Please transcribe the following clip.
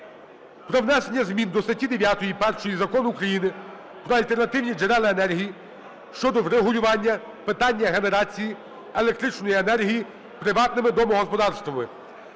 про внесення змін до статті 9–1 Закону України "Про альтернативні джерела енергії" щодо врегулювання питання генерації електричної енергії приватними домогосподарствами